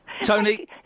Tony